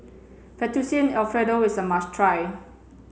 Fettuccine Alfredo is a must try